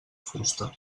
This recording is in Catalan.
fusta